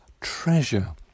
treasure